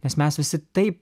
nes mes visi taip